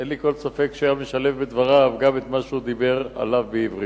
אין לי כל ספק שהוא היה משלב בדבריו גם את מה שהוא דיבר עליו בעברית.